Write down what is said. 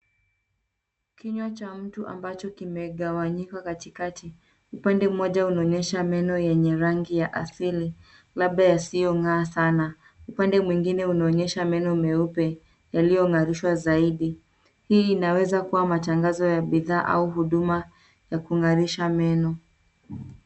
Kinywa cha mtu ambacho kimegawanyika katikati. Upande mmoja unaonyesha meno yenye rangi ya asili labda yasiyong'aa sana. Upande mwingine unaonyesha meno meupe yaliyong'arishwa zaidi. Hii inaweza kuwa matangazo ya bidhaa au huduma ya kung'arisha meno.